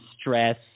stress